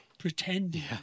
Pretending